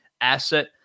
asset